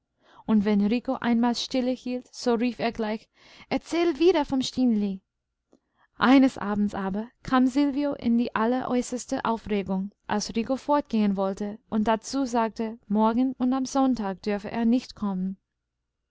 und wenn rico einmal stille hielt so rief er gleich erzähl wieder vom stineli eines abends aber kam silvio in die alleräußerste aufregung als rico fortgehen wollte und dazu sagte morgen und am sonntag dürfe er nicht kommen